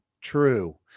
true